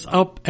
up